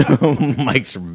Mike's